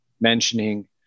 mentioning